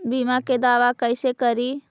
बीमा के दावा कैसे करी?